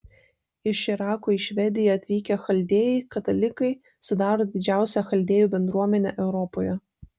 iš irako į švediją atvykę chaldėjai katalikai sudaro didžiausią chaldėjų bendruomenę europoje